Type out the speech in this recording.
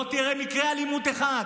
לא תראה מקרה אלימות אחד.